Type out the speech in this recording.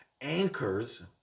anchors